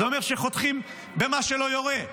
זה אומר שחותכים במה שלא יורה,